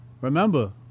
remember